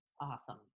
awesome